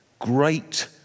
Great